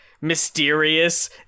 mysterious